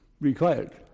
required